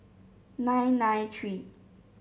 nine nine three